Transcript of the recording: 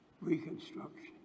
Reconstruction